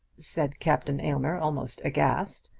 said captain aylmer, almost aghast.